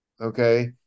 Okay